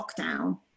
lockdown